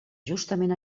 justament